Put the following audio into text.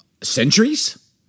centuries